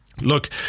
Look